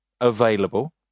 available